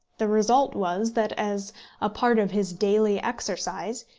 the result was that, as a part of his daily exercise,